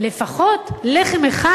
לפחות לחם אחד,